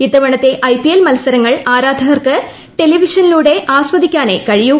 ഇത്തവണത്തെ ഐപിഎൽ മത്സരങ്ങൾ ആരാധകർക്ക് ടെലിവിഷനിലൂടെ ആസ്വദിക്കാനേ കഴിയൂ